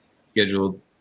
Scheduled